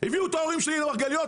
הביאו את ההורים שלי למרגליות,